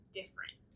different